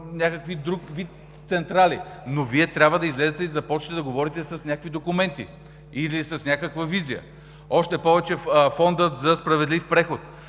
някакъв друг вид централи, но Вие трябва да излезете и да започнете да говорите с някакви документи или с някаква визия. Още повече, Фондът за справедлив преход.